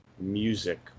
music